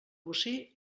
bocí